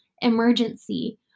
emergency